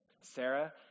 Sarah